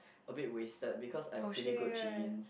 a bit wasted because I have pretty good genes